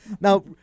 Now